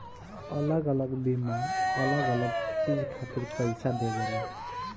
अलग अलग बीमा अलग अलग चीज खातिर पईसा देवेला